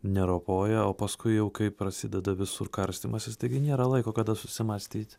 neropoja o paskui jau kai prasideda visur karstymasis taigi nėra laiko kada susimąstyt